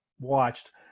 watched